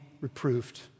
reproved